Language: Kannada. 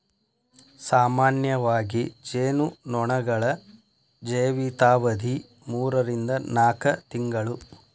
ಸಾಮಾನ್ಯವಾಗಿ ಜೇನು ನೊಣಗಳ ಜೇವಿತಾವಧಿ ಮೂರರಿಂದ ನಾಕ ತಿಂಗಳು